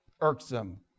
irksome